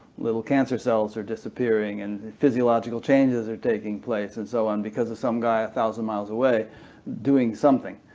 little cancer cells are disappearing and physiological changes are taking place and so on, because of some guy a thousand miles away doing something.